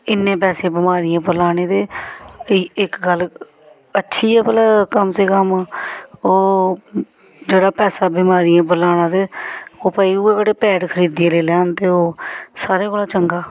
इन्ने पैसे बमारियें उप्पर लाने ते इक गल्ल अच्छी ऐ भला कम से कम ओह् जेह्ड़ा पैसा बमारियें उप्पर लाना ते ओह् भाई उ'ऐ केह्ड़े पैड खरीदिये लेई लैन ते ओह् सारे कोला चंगा